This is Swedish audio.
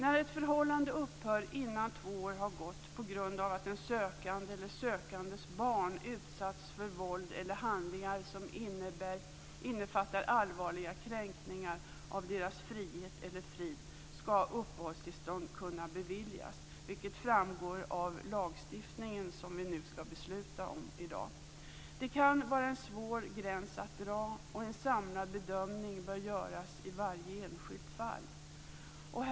När ett förhållande upphör innan två år har gått på grund av att den sökande eller sökandens barn utsatts för våld eller handlingar som innefattar allvarliga kränkningar av deras frihet eller frid ska uppehållstillstånd kunna beviljas - vilket framgår av den lagstiftning vi nu ska besluta om. Det kan vara en svår gräns att dra, och en samlad bedömning bör göras i varje enskilt fall.